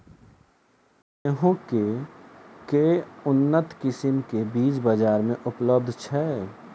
गेंहूँ केँ के उन्नत किसिम केँ बीज बजार मे उपलब्ध छैय?